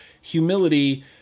humility